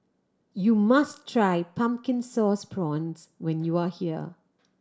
you must try Pumpkin Sauce Prawns when you are here